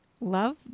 love